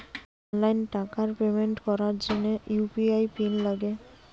online টাকার payment করার জিনে ইউ.পি.আই পিন লাগে